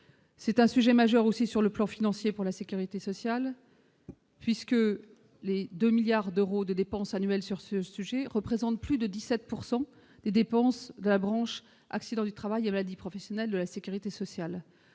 C'est un sujet majeur aussi sur le plan financier pour la sécurité sociale, puisque les 2 milliards d'euros de dépenses annuelles sur ce sujet, représente plus de 17 pourcent des des dépenses de la branche accidents du travail professionnelles de la Sécurité sociale,